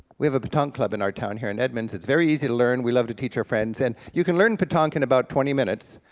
we have a petanque club in our town here in edmonds, it's very easy to learn. we love to teach our friends, and you can learn petanque in about twenty minutes,